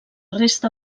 resta